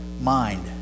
mind